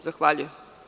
Zahvaljujem.